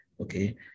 okay